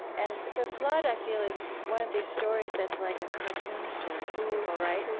and the flood, i feel, is one of these stories that's like a cartoon story for people, right? and